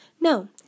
No